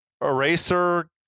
Eraser